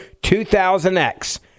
2000X